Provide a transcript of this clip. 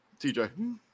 TJ